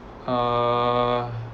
uh